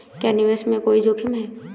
क्या निवेश में कोई जोखिम है?